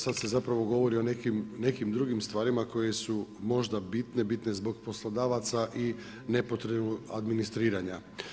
Sad se zapravo govori o nekim drugim stvarima koje su možda bitne, bitne zbog poslodavaca i nepotrebnog administriranja.